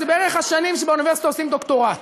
זה בערך השנים שבאוניברסיטה עושים דוקטורט.